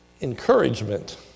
encouragement